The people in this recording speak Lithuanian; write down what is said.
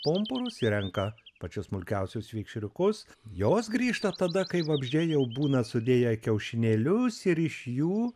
pumpurus ir renka pačius smulkiausius vikšriukus jos grįžta tada kai vabzdžiai jau būna sudėję kiaušinėlius ir iš jų